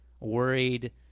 worried